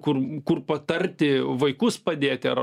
kur kur patarti vaikus padėti ar